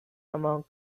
among